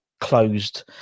closed